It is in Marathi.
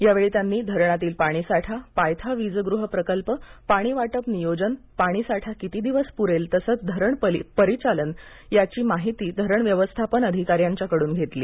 यावेळी त्यांनी धरणातील पाणीसाठा पायथा विजगृह प्रकल्प पाणी वाटप नियोजन पाणीसाठा किती दिवस पुरेल तसेच धरण परिचालन सूची याची माहिती धरण व्यवस्थापन अधिकारी यांच्याकडून घेतली